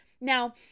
Now